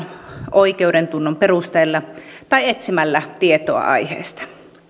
oikeudentunnon perusteella tai etsimällä tietoa aiheesta